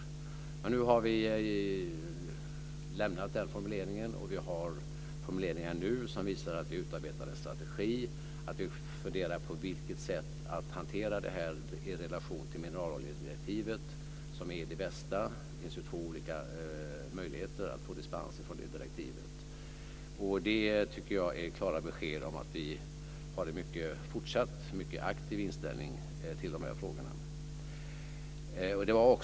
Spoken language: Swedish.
Jag betraktar den som något av ett olycksfall i arbetet. Vi har nu lämnat den formuleringen, och vi har nu formuleringar som visar att vi utarbetar en strategi och funderar på vilket sätt detta kan hanteras i relation till mineraloljedirektivet, som är det bästa. Det finns två olika möjligheter att få dispens från det direktivet. Jag tycker att detta är klara besked om att vi fortsatt har en mycket aktiv inställning till de här frågorna.